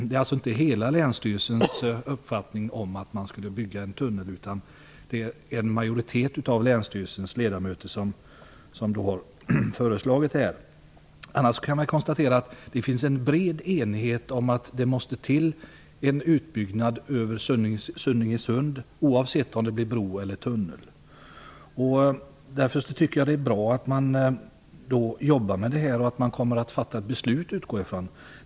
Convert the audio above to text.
Det är alltså inte hela länsstyrelsens uppfattning att man skall bygga en tunnel, utan det är en majoritet av länsstyrelsens ledamöter som har förslagit detta. Det finns en bred enighet om att det måste till en utbyggnad över Sunningesund, oavsett om det blir en bro eller en tunnel. Därför är det bra att regeringskansliet arbetar med frågan, och jag utgår från att ett beslut kommer att fattas.